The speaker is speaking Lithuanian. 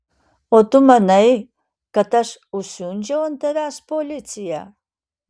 o tu manai kad aš užsiundžiau ant tavęs policiją